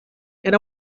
and